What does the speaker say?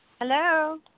Hello